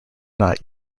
not